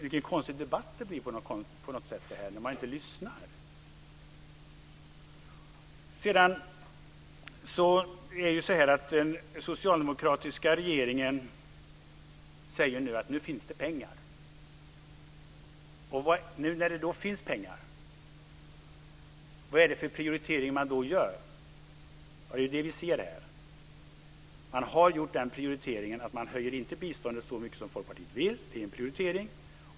Vilken konstig debatt det blir när man inte lyssnar. Den socialdemokratiska regeringen säger att det nu finns pengar. Vilken prioritering gör man då när det finns pengar? Det är det vi ser här. Man höjer inte biståndet så mycket som Folkpartiet vill. Det är en prioritering.